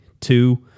two